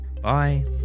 Bye